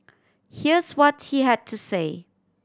here's what he had to say